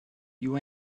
you